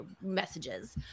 messages